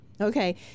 Okay